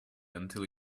until